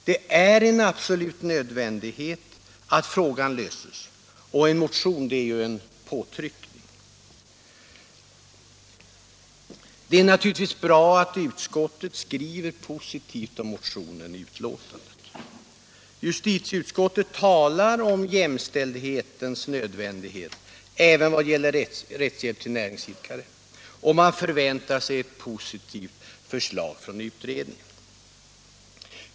Det är absolut nödvändigt att frågan löses, och en motion är ju en påtryckning. Det är naturligtvis bra att utskottet skriver positivt om motionen i betänkandet. Justitieutskottet talar om jämställdhetens nödvändighet även i vad gäller rättshjälp till näringsidkare och förväntar sig ett positivt förslag från utredningen.